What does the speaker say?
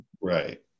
Right